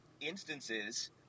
instances